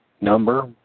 number